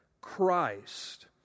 Christ